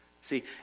See